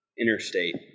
interstate